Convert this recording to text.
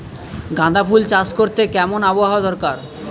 গাঁদাফুল চাষ করতে কেমন আবহাওয়া দরকার?